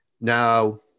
Now